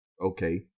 okay